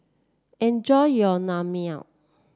enjoy your Naengmyeon